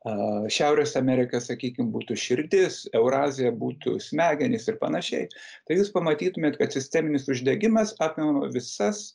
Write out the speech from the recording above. a šiaurės amerika sakykim būtų širdis eurazija būtų smegenys ir panašiai tai jūs pamatytumėt kad sisteminis uždegimas apima visas